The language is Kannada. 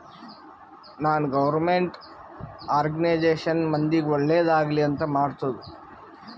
ನಾನ್ ಗೌರ್ಮೆಂಟ್ ಆರ್ಗನೈಜೇಷನ್ ಮಂದಿಗ್ ಒಳ್ಳೇದ್ ಆಗ್ಲಿ ಅಂತ್ ಮಾಡ್ತುದ್